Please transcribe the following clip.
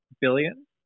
Billion